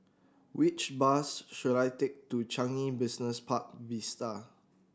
which bus should I take to Changi Business Park Vista